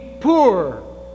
poor